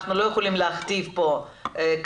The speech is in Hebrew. אנחנו לא יכולים להכתיב פה כללים